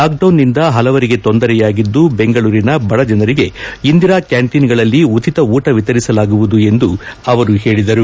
lock down ನಿಂದ ಹಲವರಿಗೆ ತೊಂದರೆಯಾಗಿದ್ದು ಬೆಂಗಳೂರಿನ ಬದ ಜನರಿಗೆ ಇಂದಿರಾ ಕ್ಯಾಂಟೀನ್ ಗಳಲ್ಲಿ ಉಚಿತ ಉಟ ವಿತರಿಸಲಾಗುವುದು ಎಂದು ಅವರು ಹೇಳಿದರು